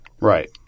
Right